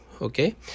okay